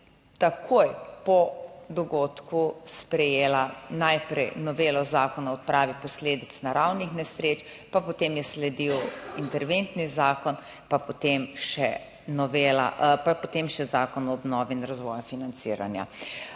takoj po dogodku sprejela najprej novelo Zakona o odpravi posledic naravnih nesreč, pa potem je sledil interventni zakon, pa potem še novela, pa potem še Zakon o obnovi in razvoju financiranja.